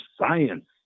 science